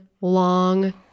long